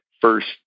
first